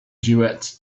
duets